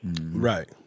right